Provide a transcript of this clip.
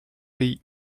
pays